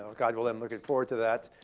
ah god willing, i'm looking forward to that.